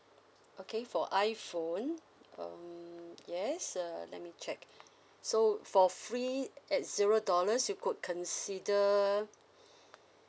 okay for iphone um yes uh let me check so for free at zero dollars you could consider